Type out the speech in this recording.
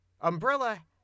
Umbrella